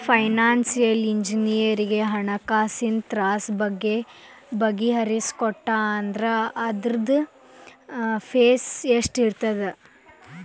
Financial ಇಂಜಿನಿಯರಗ ನಮ್ಹಣ್ಕಾಸಿನ್ ತ್ರಾಸಿನ್ ಬಗ್ಗೆ ಬಗಿಹರಿಸಿಕೊಟ್ಟಾ ಅಂದ್ರ ಅದ್ರ್ದ್ ಫೇಸ್ ಎಷ್ಟಿರ್ತದ?